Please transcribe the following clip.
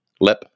lip